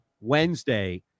Wednesday